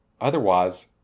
Otherwise